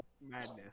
madness